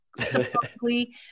supposedly